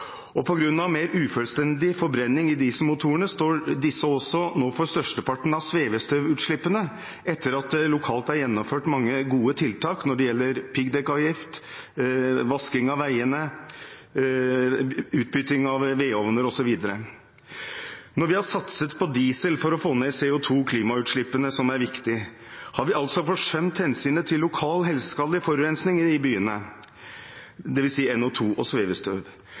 Og på grunn av mer ufullstendig forbrenning i dieselmotorene står disse nå også for størsteparten av svevestøvutslippene etter at det lokalt er gjennomført mange gode tiltak når det gjelder piggdekkavgift, vasking av veiene, utbytting av vedovner osv. Når vi har satset på diesel for å få ned CO2-klimautslippene, noe som er viktig, har vi altså forsømt hensynet til lokal helseskadelig forurensing – dvs. NO2 og svevestøv – i byene.